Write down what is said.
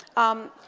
um,